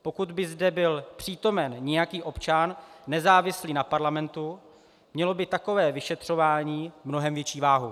Pokud by zde byl přítomen nějaký občan nezávislý na parlamentu, mělo by takové vyšetřování mnohem větší váhu.